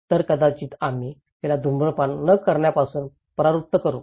तर कदाचित आम्ही तिला धूम्रपान न करण्यापासून परावृत्त करू